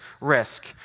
risk